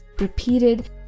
repeated